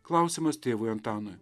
klausimas tėvui antanui